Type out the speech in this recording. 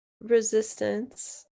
resistance